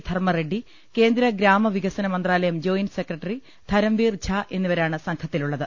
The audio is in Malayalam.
ധർമ്മ റെഡ്ഡി കേന്ദ്ര ഗ്രാമവികസന മന്ത്രാ ലയം ജോയിന്റ് സെക്രട്ടറി ധരംവീർ ഝാ എന്നിവരാണ് സംഘത്തിലുള്ളത്